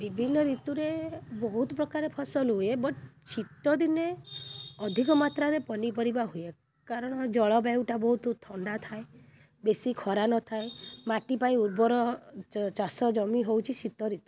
ବିଭିନ୍ନ ଋତୁରେ ବହୁତ ପ୍ରକାର ଫସଲ ହୁଏ ବଟ୍ ଶୀତଦିନେ ଅଧିକ ମାତ୍ରାରେ ପନିପରିବା ହୁଏ କାରଣ ଜଳବାୟୁଟା ବହୁତ ଥଣ୍ଡା ଥାଏ ବେଶୀ ଖରା ନଥାଏ ମାଟି ପାଇଁ ଉର୍ବର ଚାଷ ଜମି ହେଉଛି ଶୀତଋତୁ